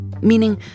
meaning